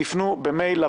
תפנו במייל לוועדה.